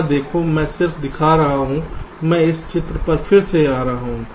यहाँ देखें मैं सिर्फ दिखा रहा हूँ मैं इस चित्र पर फिर से आ रहा हूँ